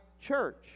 church